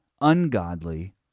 ungodly